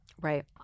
Right